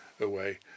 away